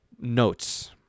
notes